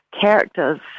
characters